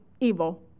evil